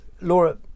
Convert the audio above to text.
Laura